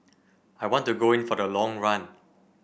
I want to go in for the long run